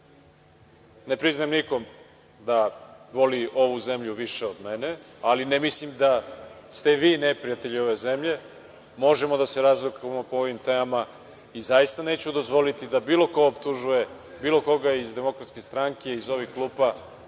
Ne priznajem nikom da voli ovu zemlju više od mene, ali ne mislim da ste vi neprijatelji ove zemlje. Možemo da se razlikujemo po ovim temama i zaista neću dozvoliti da bilo ko optužuje bilo koga iz DS, iz ovih klupa,